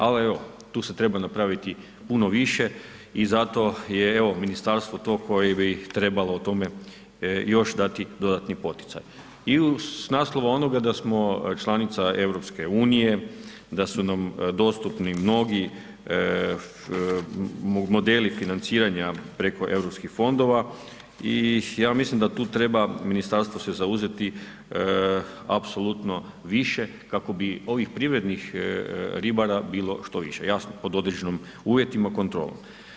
Al evo, tu se treba napraviti puno više i zato je evo ministarstvo to koje bi i trebalo o tome još dati dodatni poticaj i uz, s naslova onoga da smo članica EU, da su nam dostupni mnogi modeli financiranja preko Europskih fondova i ja mislim da tu treba se ministarstvo zauzeti apsolutno više kako bi ovih privrednih ribara bilo što više, jasno pod određenim uvjetima kontrole.